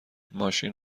ماشین